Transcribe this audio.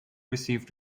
received